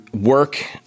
Work